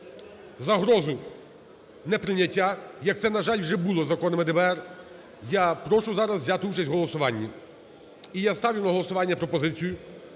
загрозу неприйняття, як це, на жаль, вже було з законами ДБР. Я прошу зараз взяти участь в голосуванні. І я ставлю на голосування пропозицію,